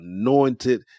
anointed